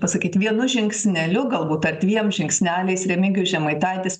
pasakyt vienu žingsneliu galbūt ar dviem žingsneliais remigijus žemaitaitis